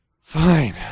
Fine